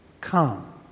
come